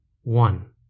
One